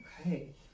Okay